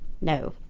No